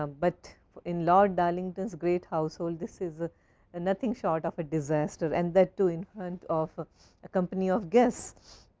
um but in lord darlington great house, hold this is ah and nothing short of a disaster and that too in front of of company of guests.